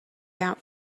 out